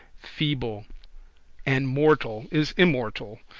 feeble and mortal, is immortal,